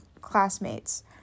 classmates